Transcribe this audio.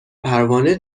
پروانه